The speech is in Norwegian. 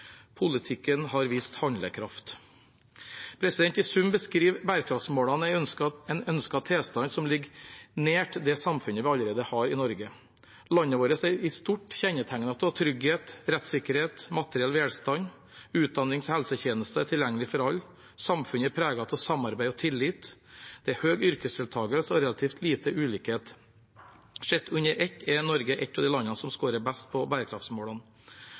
politikken har vist handlekraft. I sum beskriver bærekraftsmålene en ønsket tilstand som ligger nær det samfunnet vi allerede har i Norge. Landet vårt er i stort kjennetegnet av trygghet, rettssikkerhet og materiell velstand. Utdannings- og helsetjenester er tilgjengelige for alle, samfunnet er preget av samarbeid og tillit, det er høy yrkesdeltakelse og relativt lite ulikhet. Sett under ett er Norge ett av de landene som scorer best på bærekraftsmålene,